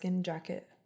jacket